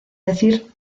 decir